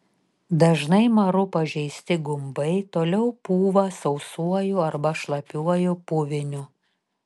dažnai maru pažeisti gumbai toliau pūva sausuoju arba šlapiuoju puviniu